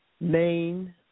main